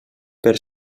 per